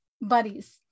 buddies